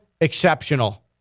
exceptional